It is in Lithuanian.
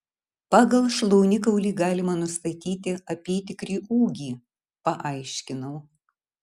pagal šlaunikaulį galima nustatyti apytikrį ūgį paaiškinau